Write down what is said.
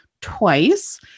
twice